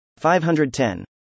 510